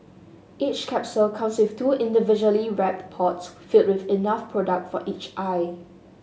each capsule comes with two individually wrapped pods filled with enough product for each eye